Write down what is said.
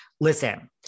Listen